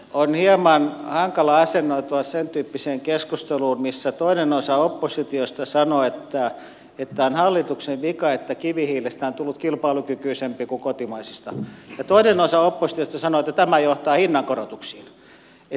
on hieman hankala asennoitua sentyyppiseen keskusteluun missä toinen osa oppositiosta sanoo että on hallituksen vika että kivihiilestä on tullut kilpailukykyisempi kuin kotimaisista ja toinen osa oppositiosta sanoo että tämä johtaa hinnankorotuksiin